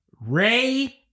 Ray